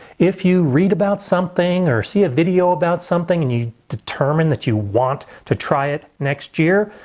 if you read about something or see a video about something, and you determine that you want to try it next year,